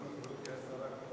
לגברתי השרה.